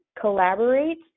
collaborate